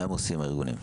מה הם עושים, הארגונים?